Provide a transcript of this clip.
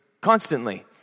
constantly